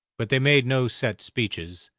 but they made no set speeches.